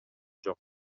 жок